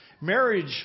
Marriage